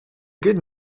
good